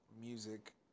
music